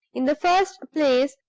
in the first place,